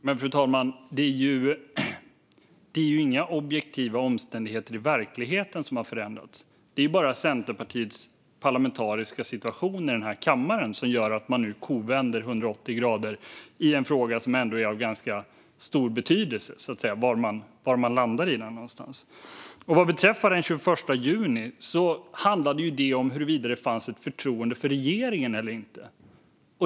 Fru talman! Det är ju inga objektiva omständigheter i verkligheten som har förändrats, utan det är bara Centerpartiets parlamentariska situation i den här kammaren som gör att man nu kovänder 180 grader. Det är ändå av ganska stor betydelse var man landar i denna fråga. Vad beträffar den 21 juni handlade detta om huruvida det fanns ett förtroende för regeringen eller inte.